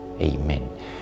Amen